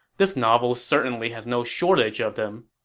this novel certainly has no shortage of them.